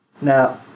Now